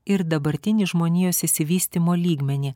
ir dabartinį žmonijos išsivystymo lygmenį